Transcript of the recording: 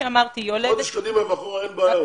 חודש קדימה ואחורה אין בעיות.